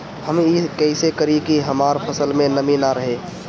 हम ई कइसे करी की हमार फसल में नमी ना रहे?